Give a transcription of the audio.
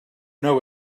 know